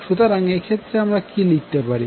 সুতরাং এক্ষেত্রে আমরা কি লিখতে পারি